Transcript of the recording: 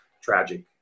tragic